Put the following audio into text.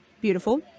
Beautiful